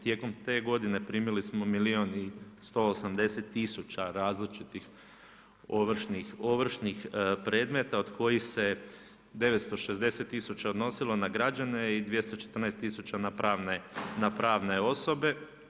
Tijekom te godina, primili smo milijun i 180000 različitih ovršnih predmeta, od kojih se 960000 odnosilo na građane i 214000 na pravne osobe.